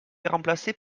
remplacés